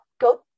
Go